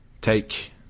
take